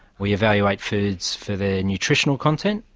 we evaluate foods for their nutritional content.